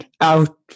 Out